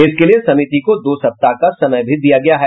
इसके लिए समिति को दो सप्ताह का समय भी दिया गया है